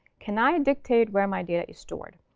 can i dictate where my data is stored?